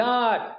God